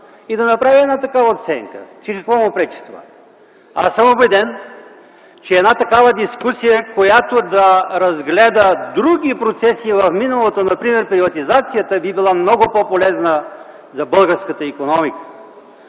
и да направи една такава оценка? Какво му пречи това? Убеден съм, че една такава дискусия, която да разгледа други процеси в миналото, например приватизацията, би била много по-полезна за българската икономика.